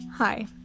Hi